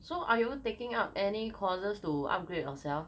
so are you taking up any courses to upgrade yourself